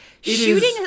Shooting